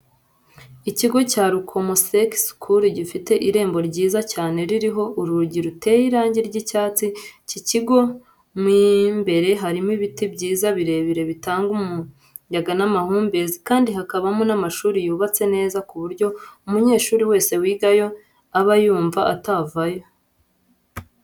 Ikigo cya Rukomo Sec School gifite irembo ryiza cyane ririho urugi ruteye irangi ry'icyatsi. Iki kigo mu imbere harimo ibiti byiza birebire bitanga umuyaga n'amahumbezi kandi hakabamo n'amashuri yubatse neza ku buryo umunyeshuri wese wigayo aba yumva atavayo.